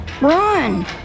Run